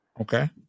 Okay